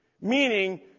meaning